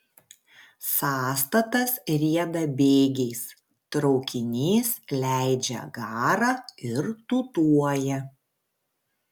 sąstatas rieda bėgiais traukinys leidžia garą ir tūtuoja